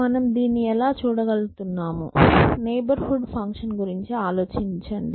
మీరు దీన్ని ఎలా చూడగలుగుతున్నారో నైబర్హూడ్ ఫంక్షన్ గురించి ఆలోచించండి